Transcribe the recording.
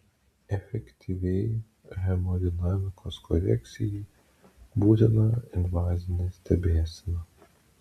efektyviai hemodinamikos korekcijai būtina invazinė stebėsena